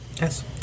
Yes